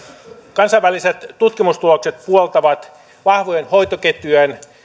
kansainväliset tutkimustulokset puoltavat vahvojen hoitoketjujen